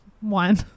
one